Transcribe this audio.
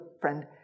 friend